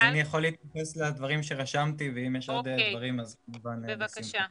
אני יכול להתייחס לדברים שרשמתי ואם יש עוד דברים אז כמובן בשמחה.